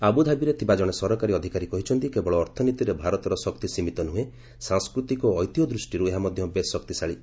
ଆବୁଧାବିରେ ଥିବା କଜଣେ ସରକାରୀ ଅଧିକାରୀ କହିଛନ୍ତି କେବଳ ଅର୍ଥନୀତିରେ ଭାରତର ଶକ୍ତି ସୀମିତ ନୁହେଁ ସାଂସ୍କୃତିକ ଓ ଐତିହ୍ୟ ଦୃଷ୍ଟିରୁ ଏହା ମଧ୍ୟ ବେଶ୍ ଶକ୍ତିଶାଳୀ